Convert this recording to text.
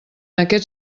aquest